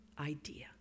idea